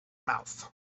mouth